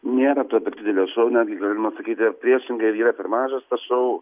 nėra to per didelio šou netgi galima sakyti priešingai ir yra per mažas tas šou